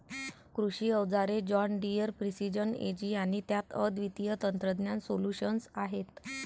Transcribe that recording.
कृषी अवजारे John Deere precision Ag आणि त्यात अद्वितीय तंत्रज्ञान सोल्यूशन्स आहेत